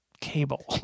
cable